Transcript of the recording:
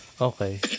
Okay